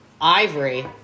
Ivory